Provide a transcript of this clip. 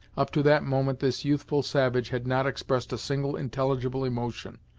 up to that moment, this youthful savage had not expressed a single intelligible emotion,